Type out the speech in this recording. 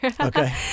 Okay